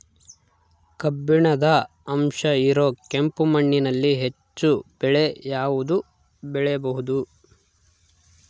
ಕಬ್ಬಿಣದ ಅಂಶ ಇರೋ ಕೆಂಪು ಮಣ್ಣಿನಲ್ಲಿ ಹೆಚ್ಚು ಬೆಳೆ ಯಾವುದು ಬೆಳಿಬೋದು?